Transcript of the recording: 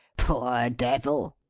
poor devil!